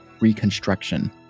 reconstruction